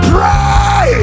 Pray